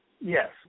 Yes